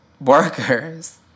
workers